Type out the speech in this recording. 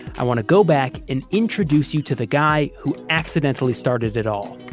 i want to go back and introduce you to the guy who accidentally started at all.